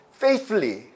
faithfully